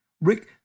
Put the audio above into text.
Rick